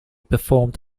performed